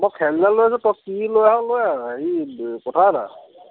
মই খেয়ালি জাল লৈ আনিছোঁ তই কি লৈ আহ লৈ আহ পথাৰত আহ